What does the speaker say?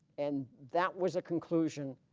and that was a conclusion